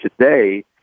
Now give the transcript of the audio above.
today